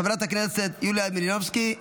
חברת הכנסת יוליה מלינובסקי,